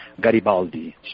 Garibaldi